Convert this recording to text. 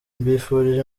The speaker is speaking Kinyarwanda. mbifurije